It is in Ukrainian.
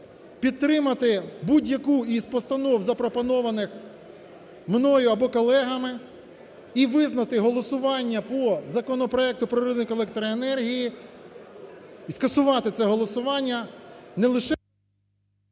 підтримати будь-яку із постанов, запропонованих мною або колегами і визнати голосування по законопроекту про ринок електроенергії... скасувати це голосування не лише...